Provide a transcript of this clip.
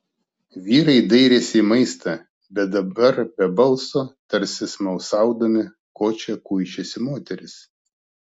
vyrai dairėsi į maistą bet dabar be balso tarsi smalsaudami ko čia kuičiasi moterys